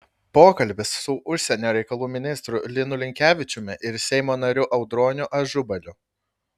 pokalbis su užsienio reikalų ministru linu linkevičiumi ir seimo nariu audroniu ažubaliu